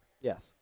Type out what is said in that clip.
Yes